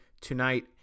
tonight